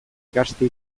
gazte